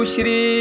Shri